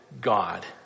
God